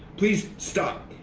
please stop,